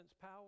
power